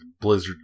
Blizzard